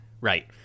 Right